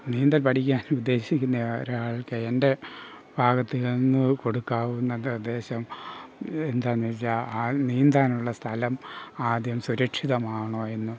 നീന്തൽ പഠിക്കാൻ ഉദ്ദേശിക്കുന്ന ഒരാൾക്ക് എൻ്റെ ഭാഗത്തുനിന്നും കൊടുക്കാവുന്ന നിർദ്ദേശം എന്താണെന്നു വെച്ചാൽ ആൾ നീന്താനുള്ള സ്ഥലം ആദ്യം സുരക്ഷിതമാണോ എന്ന്